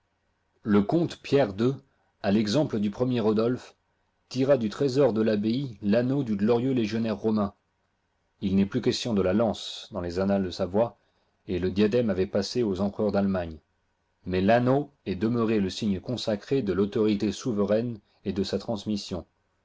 le comte pierre ii à l'exemple du premier rodolphe tira du trésor de l'abbaye l'anneau du glorieux légionnaire romain il n'est plus question de la lance dans les annales de savoie et le diadème avait assé aux empereurs d'allemagne mais l'anneau est demeuré le signe consacré de l'autorité souveraine et de sa transmission